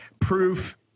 proof